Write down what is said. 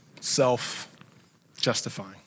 self-justifying